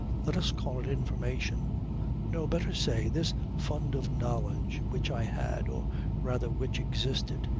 let us call it information no, better say, this fund of knowledge which i had, or rather which existed,